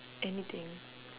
anything